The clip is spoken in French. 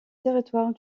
territoire